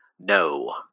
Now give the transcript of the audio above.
no